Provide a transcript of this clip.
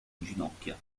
ginocchia